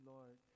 Lord